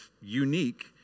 unique